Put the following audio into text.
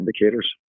indicators